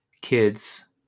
kids